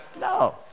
no